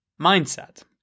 mindset